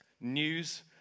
news